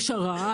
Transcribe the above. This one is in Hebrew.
יש הרעה,